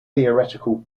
theoretical